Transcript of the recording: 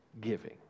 giving